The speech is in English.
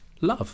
love